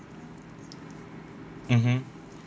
mmhmm